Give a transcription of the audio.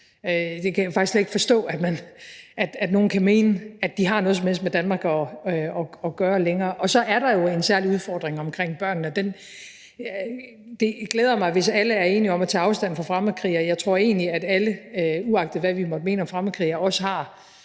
Der kan jeg faktisk slet ikke forstå, at nogen kan mene, at de har noget som helst med Danmark at gøre længere. Så er der jo en særlig udfordring omkring børnene. Det glæder mig, hvis alle er enige om at tage afstand fra fremmedkrigere, og jeg tror egentlig også, at vi alle, uagtet hvad vi måtte mene om fremmedkrigere, har